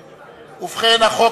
ובכן,